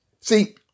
See